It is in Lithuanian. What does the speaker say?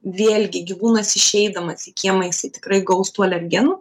vėlgi gyvūnas išeidamas į kiemą jisai tikrai gaus tų alergenų